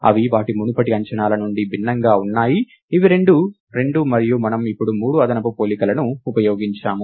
అవి వాటి మునుపటి అంచనాల నుండి భిన్నంగా ఉన్నాయి ఇవి రెండూ రెండు మరియు మనము ఇప్పుడు మూడు అదనపు పోలికలను ఉపయోగించాము